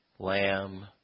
Lamb